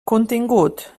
contingut